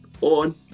on